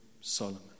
Solomon